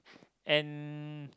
and